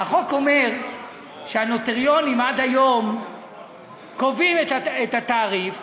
החוק אומר שהנוטריונים עד היום קובעים את התעריף